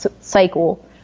cycle